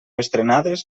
estrenades